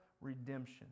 redemption